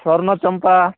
ସ୍ୱର୍ଣ୍ଣଚମ୍ପା